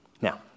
Now